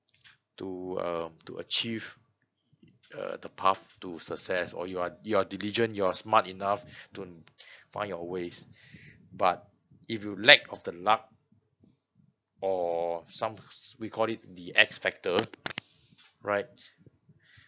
to um to achieve uh the path to success or you're you're diligent you're smart enough to find your ways but if you lack of the luck or some we call it the X factor right